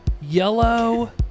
yellow